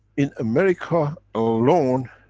in america alone